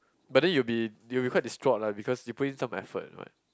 but then you'll be you'll be quite distraught lah because you put in some effort and what